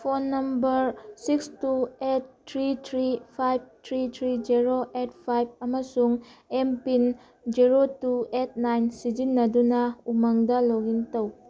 phone number six two eight three three five three three zero eight five ꯑꯃꯁꯨꯡ M PIN zero two eight nine ꯁꯤꯖꯤꯟꯅꯗꯨꯅ ꯎꯃꯪꯗ ꯂꯣꯛꯏꯟ ꯇꯧ